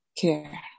care